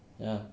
ya